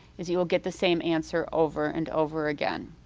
is you will get the same answer over and over again.